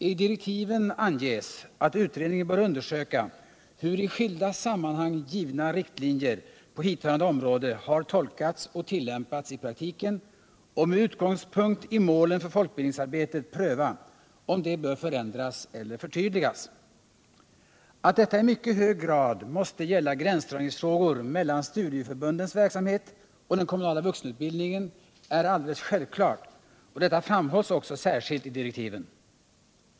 I direktiven anges att utredningen bör undersöka hur i skilda sammanhang givna riktlinjer på hithörande område har tolkats och tilllämpats i praktiken och med utgångspunkt i målen för folkbildningsarbete pröva om de bör förändras eller förtydligas. Att detta i mycket hög grad måste gälla gränsdragningsfrågor mellan studieförbundens verksamhet och den kommunala vuxenutbildningen är alldeles självklart och detta framhålls också särskilt i direktiven.